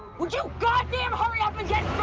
would you goddamn hurry up and get